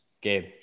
Gabe